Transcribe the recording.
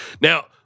Now